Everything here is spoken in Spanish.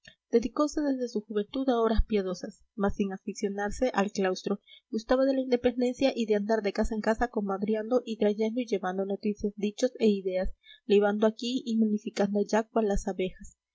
pueblo dedicose desde su juventud a obras piadosas mas sin aficionarse al claustro gustaba de la independencia y de andar de casa en casa comadreando y trayendo y llevando noticias dichos e ideas libando aquí y melificando allá cual las abejas